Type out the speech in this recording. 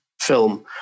film